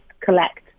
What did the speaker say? collect